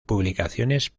publicaciones